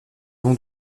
long